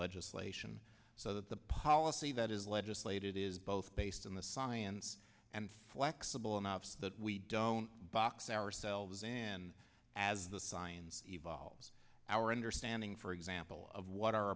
legislation so that the policy that is legislated is both based on the science and flexible enough so that we don't box ourselves in as the science evolves our understanding for example of what